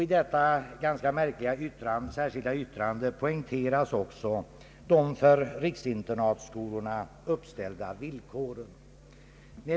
I detta ganska märkliga särskilda yttrande poängteras också de för riksinternatskolorna uppställda villkoren.